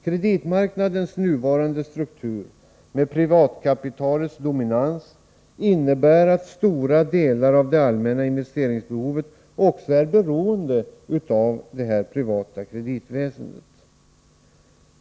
Kreditmarknadens nuvarande struktur, med privatkapitalets dominans, innebär att stora delar av det allmänna investeringsbehovet också är beroende av det privata kreditväsendet.